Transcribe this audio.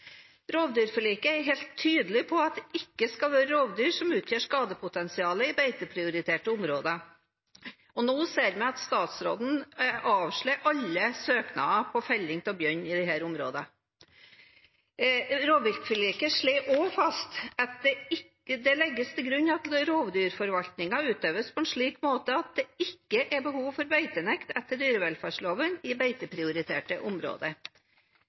er helt tydelig på at det ikke skal være rovdyr som utgjør skadepotensialet i beiteprioriterte områder. Nå ser vi at statsråden avslår alle søknader om felling av bjørn i dette området. Rovviltforliket slår også fast at det legges til grunn at rovdyrforvaltningen utøves på en slik måte at det etter dyrevelferdsloven ikke er behov for beitenekt i beiteprioriterte områder.